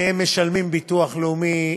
והם משלמים ביטוח לאומי,